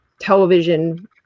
television